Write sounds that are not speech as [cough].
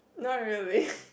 not really [laughs]